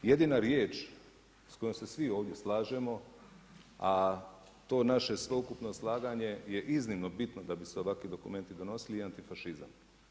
Jedina riječ s kojom se svi ovdje slažemo, a to naše sveukupno slaganje je iznimno bitno da bi se ovakvi dokumenti donosili je antifašizam.